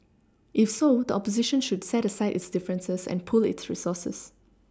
if so the opposition should set aside its differences and pool its resources